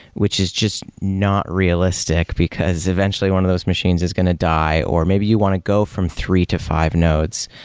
which is just not realistic, because eventually one of those machines is going to die or maybe you want to go from three to five nodes,